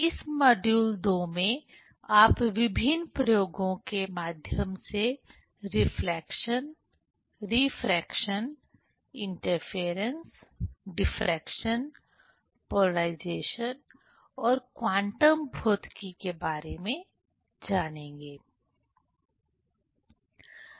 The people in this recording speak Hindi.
इस मॉड्यूल II में आप विभिन्न प्रयोगों के माध्यम से reflection refraction interference diffraction polarisation और क्वांटम भौतिकी के बारे में जानेंगे